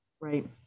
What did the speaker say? Right